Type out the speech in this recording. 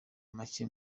make